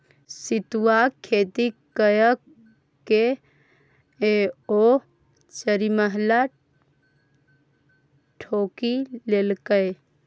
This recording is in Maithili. सितुआक खेती ककए ओ चारिमहला ठोकि लेलकै